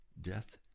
death